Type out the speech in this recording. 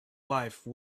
life